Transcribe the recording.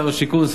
שר השיכון,